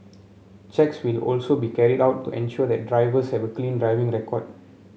checks will also be carried out to ensure that drivers have a clean driving record